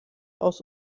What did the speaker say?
aus